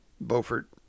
Beaufort